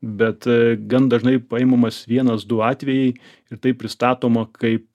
bet gan dažnai paimamas vienas du atvejai ir tai pristatoma kaip